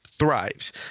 thrives